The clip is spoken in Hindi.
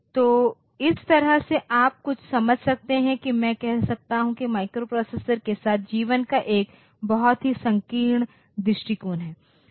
तो इस तरह से आप कुछ समझ सकते हैं कि मैं कह सकता हूं कि माइक्रोप्रोसेसर के पास जीवन का एक बहुत ही संकीर्ण दृष्टिकोण है